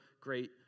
great